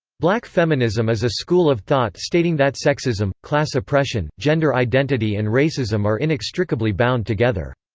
black feminism is a school of thought stating that sexism, class oppression, gender identity and racism are inextricably bound together.